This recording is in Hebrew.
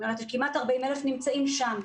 כמעט 40,000 נמצאים שם.